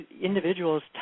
individuals